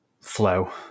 flow